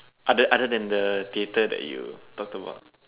other other than the theatre that you talked about